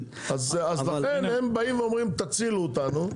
אז לכם הם באים ואומרים תצילו אותנו,